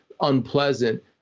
unpleasant